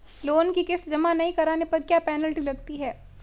Loan की किश्त जमा नहीं कराने पर क्या पेनल्टी लगती है?